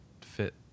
fit